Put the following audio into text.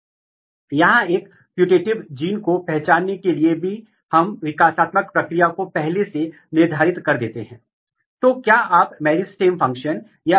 और दूसरे म्युटेंट में यदि म्यूटेशन जींस में है लेकिन दोनों होमोजाईगयस है तो जब आप उनको क्रॉस करते हैं और F1 पीढ़ी में जाते हैं तो आपको जीन A यहां से गायब मिलेगा लेकिन आपके पास A का एलील नॉर्मल के रूप में दूसरे पौधे से मिलेगा